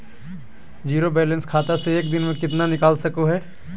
Zero balance खाता से एक दिन में कितना निकाल सको है?